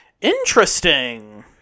Interesting